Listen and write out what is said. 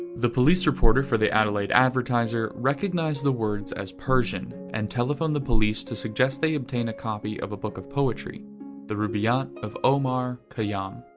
the police reporter for the adelaide advertiser, recognized the words as persian, and telephoned the police to suggest they obtain a copy of a book of poetry the rubaiyat of omar khayyam.